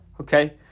okay